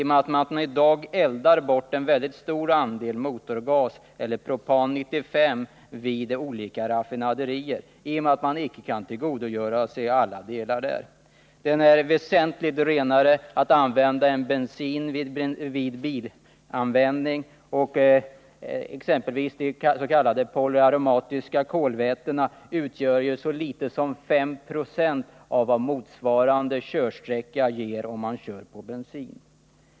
Man eldar i dag bort en mycket stor andel motorgas, eller propan 95, vid olika raffinaderier eftersom man icke kan tillgodogöra sig alla delar där. Motorgas är väsentligt renare än bensin vid bilanvändning. T. ex. polyaromatiska kolväten utgör så litet som 5 926 av vad motsvarande körsträcka ger om man kör på bensin.